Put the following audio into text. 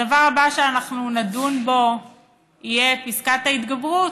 הדבר הבא שאנחנו נדון בו יהיה פסקת ההתגברות.